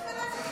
מהתחלה תתחיל.